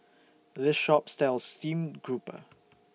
This Shop sells Steamed Grouper